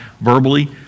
verbally